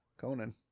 Conan